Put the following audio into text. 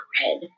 red